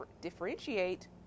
differentiate